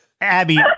Abby